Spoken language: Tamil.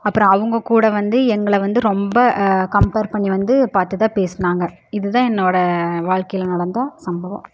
அப்புறம் அவங்க கூட வந்து எங்களை வந்து ரொம்ப கம்பேர் பண்ணி வந்து பார்த்து தான் பேசினாங்க இது தான் என்னோடய வாழ்க்கையில் நடந்த சம்பவம்